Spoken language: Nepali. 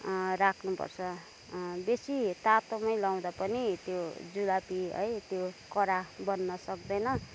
राख्नुपर्छ बेसी तातोमा नै लाउँदा पनि त्यो जुलपी है त्यो कडा बन्न सक्दैन